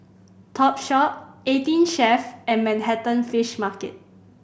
Topshop Eighteen Chef and Manhattan Fish Market